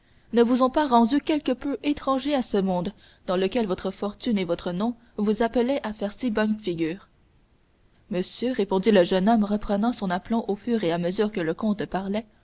ne vous ont pas rendu quelque peu étranger à ce monde dans lequel votre fortune et votre nom vous appelaient à faire si bonne figure monsieur répondit le jeune homme reprenant son aplomb au fur et à mesure que le comte parlait